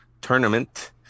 tournament